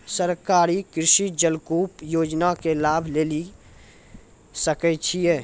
सरकारी कृषि जलकूप योजना के लाभ लेली सकै छिए?